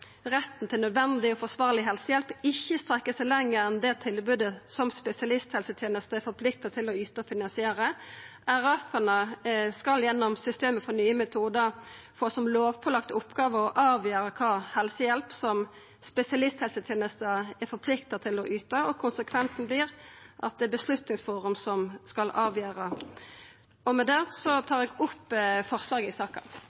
retten til nødvendig og forsvarleg helsehjelp ikkje strekk seg lenger enn det tilbodet som spesialisthelsetenesta er forplikta til å yta og finansiera. Dei regionale helseføretaka skal gjennom systemet for nye metodar få som lovpålagt oppgåve å avgjera kva helsehjelp spesialisthelsetenesta er forplikta til å yta, og konsekvensen vert at det er Beslutningsforum som skal avgjera. Med det tar eg opp forslaget i saka.